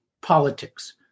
politics